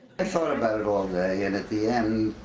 ah thought about it all day and, at the end,